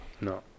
No